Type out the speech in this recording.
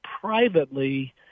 privately